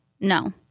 no